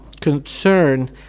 concern